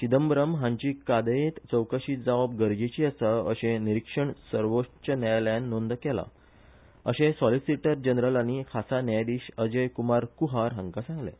चिदंबरम हांची कादयेंत चवकशी जावप गरजेची आसा अशें निरीक्षण सर्वोच्च न्यायालयान नोंद केला अशें सॉलीसिटीर जनरलानी खासा न्यायाधीश अजय कुमार कुहार हांका सांगलें